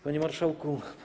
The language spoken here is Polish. Panie Marszałku!